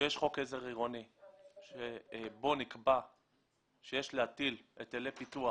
כשיש חוק עזר עירוני שבו נקבע שיש להטיל היטלי פיתוח